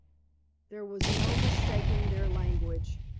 there was no mistaking their language.